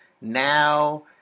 now